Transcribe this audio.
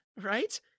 right